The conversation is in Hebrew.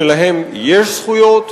שלהם יש זכויות,